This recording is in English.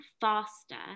faster